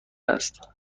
است